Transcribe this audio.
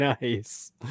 nice